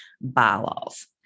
bylaws